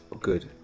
good